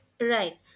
right